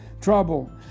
trouble